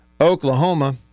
Oklahoma